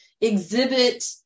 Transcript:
exhibit